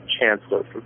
Chancellor